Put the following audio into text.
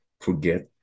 forget